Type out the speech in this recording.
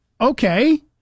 Okay